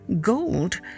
gold